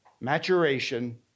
maturation